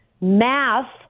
Math